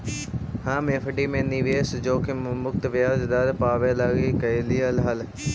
हम एफ.डी में निवेश जोखिम मुक्त ब्याज दर पाबे लागी कयलीअई हल